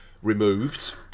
removed